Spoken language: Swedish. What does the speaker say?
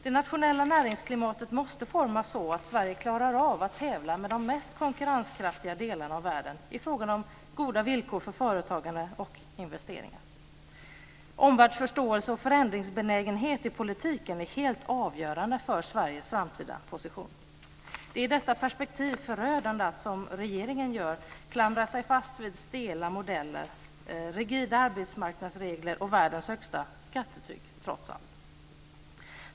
Det nationella näringsklimatet måste formas så att Sverige klarar av att tävla med de mest konkurrenskraftiga delarna av världen i fråga om goda villkor för företagande och investeringar. Omvärldsförståelse och förändringsbenägenhet i politiken är helt avgörande för Sveriges framtida position. Det är i detta perspektiv förödande att som regeringen gör klamra sig fast vid stela modeller, rigida arbetsmarknadsregler och världens högsta skattetryck - trots allt.